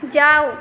जाउ